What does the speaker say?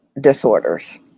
disorders